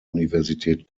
universität